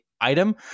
item